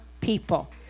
people